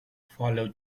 follow